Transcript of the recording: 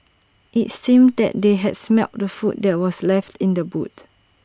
IT seemed that they had smelt the food that were left in the boot